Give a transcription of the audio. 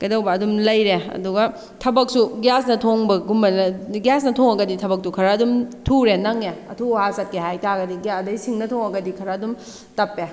ꯀꯩꯗꯧꯕ ꯑꯗꯨꯝ ꯂꯩꯔꯦ ꯑꯗꯨꯒ ꯊꯕꯛꯁꯨ ꯒ꯭ꯌꯥꯁꯅ ꯊꯣꯡꯕꯒꯨꯝꯕꯅ ꯒ꯭ꯌꯥꯁꯅ ꯊꯣꯡꯉꯒꯗꯤ ꯊꯕꯛꯇꯣ ꯈꯔ ꯑꯗꯨꯝ ꯊꯨꯔꯦ ꯅꯪꯉꯦ ꯑꯊꯨ ꯑꯍꯥ ꯆꯠꯀꯦ ꯍꯥꯏꯇꯥꯔꯒꯗꯤ ꯑꯗꯩ ꯁꯤꯡꯗ ꯊꯣꯡꯉꯒꯗꯤ ꯈꯔ ꯑꯗꯨꯝ ꯇꯞꯄꯦ